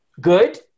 Good